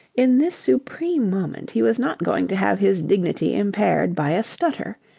in this supreme moment he was not going to have his dignity impaired by a stutter.